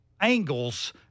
angles